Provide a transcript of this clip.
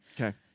Okay